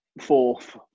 fourth